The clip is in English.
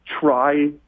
try